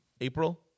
April